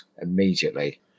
immediately